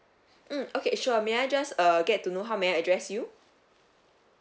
mm okay sure may I just uh get to know how may I address you